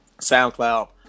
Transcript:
SoundCloud